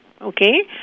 okay